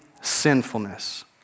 sinfulness